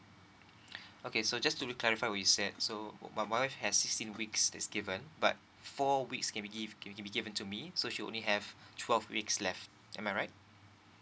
okay so just to reclarify what we said so my my wife has sixteen weeks that's given but four weeks can be give can be given to me so she will only have twelve weeks left am I right